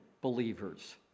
believers